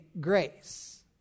grace